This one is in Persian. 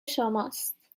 شماست